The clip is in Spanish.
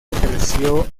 ejerció